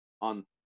on